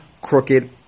crooked